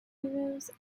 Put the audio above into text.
heroes